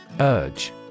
Urge